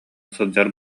сылдьар